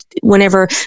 whenever